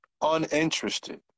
uninterested